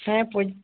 হ্যাঁ